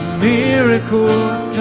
miracles